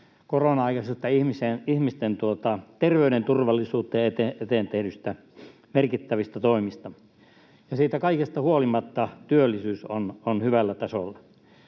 korona-aikaisista ihmisten terveyden turvallisuuden eteen tehdyistä merkittävistä toimista, ja siitä, että kaikesta huolimatta työllisyys on hyvällä tasolla.